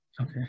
Okay